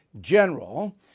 general